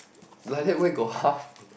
like that where got half